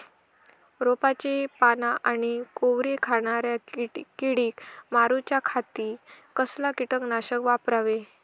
रोपाची पाना आनी कोवरी खाणाऱ्या किडीक मारूच्या खाती कसला किटकनाशक वापरावे?